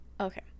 okay